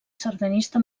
sardanista